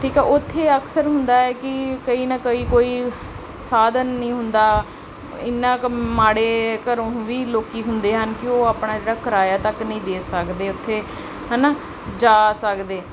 ਠੀਕ ਆ ਉੱਥੇ ਅਕਸਰ ਹੁੰਦਾ ਹੈ ਕਿ ਕਈ ਨਾ ਕਈ ਕੋਈ ਸਾਧਨ ਨਹੀਂ ਹੁੰਦਾ ਇੰਨਾ ਕੁ ਮਾੜੇ ਘਰੋਂ ਵੀ ਲੋਕ ਹੁੰਦੇ ਹਨ ਕਿ ਉਹ ਆਪਣਾ ਜਿਹੜਾ ਕਿਰਾਇਆ ਤੱਕ ਨਹੀਂ ਦੇ ਸਕਦੇ ਉੱਥੇ ਹੈ ਨਾ ਜਾ ਸਕਦੇ